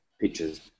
pictures